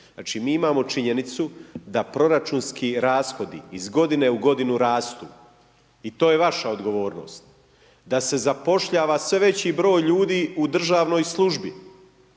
Znači, mi imamo činjenicu da proračunski rashodi iz godine u godinu rastu i to je vaša odgovornost, da se zapošljava sve veći broj ljudi u državnoj službi.